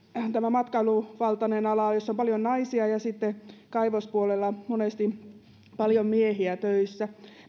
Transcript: matkailuvaltaisella alalla on paljon naisia ja sitten kaivospuolella monesti paljon miehiä töissä